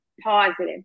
positive